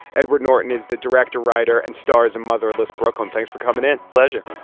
edward norton is the director writer and stars a motherless brooklyn thanks for coming in. pleasure